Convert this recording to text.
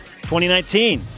2019